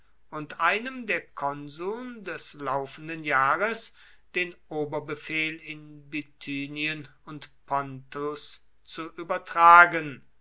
und einem der konsuln des laufenden jahres den oberbefehl in bithynien und pontus zu übertragen